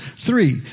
Three